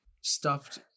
stuffed